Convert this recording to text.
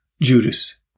Judas